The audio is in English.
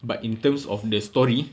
but in terms of the story